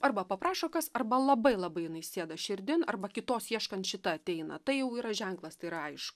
arba paprašo kas arba labai labai jinai sėda širdin arba kitos ieškant šita ateina tai jau yra ženklas tai yra aišku